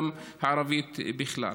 גם הערבית בכלל.